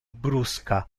brusca